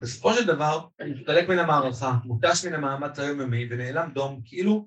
בסופו של דבר, אני מסתלק מן המערכה, מותש מן המאמץ היום יומי ונאלם דום, כאילו